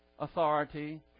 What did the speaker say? authority